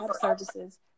services